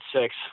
six